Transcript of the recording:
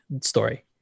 story